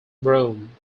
rome